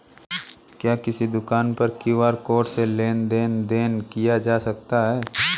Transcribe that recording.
क्या किसी दुकान पर क्यू.आर कोड से लेन देन देन किया जा सकता है?